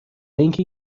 اینکه